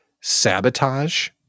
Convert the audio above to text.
sabotage